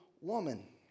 woman